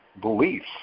beliefs